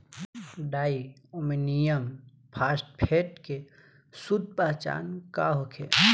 Di ammonium phosphate के शुद्ध पहचान का होखे?